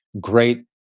great